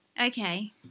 Okay